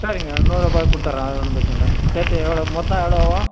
சரிங்க நூறுரூபா கொடுத்தடறேன் அது ஒன்றும் பிரச்சனை இல்லை சேர்த்து எவ்வளோ மொத்தம் எவ்வளோ ஆவும்